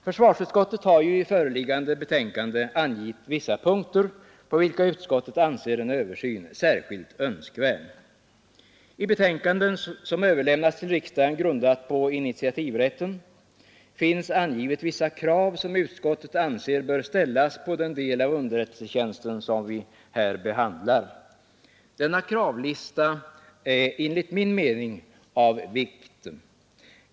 Försvarsutskottet har i föreliggande betänkande angivit vissa punkter på vilka utskottet anser en översyn särskilt önskvärd. I det på initiativrätten grundade betänkandet, som överlämnats till riksdagen, finns angivet vissa krav som utskottet anser bör ställas på den del av underrättelsetjänsten som vi här behandlar. Denna kravlista är, enligt min mening, av vikt.